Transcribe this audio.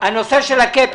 הנושא של ה-cap,